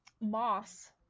moss